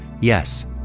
Yes